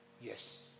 Yes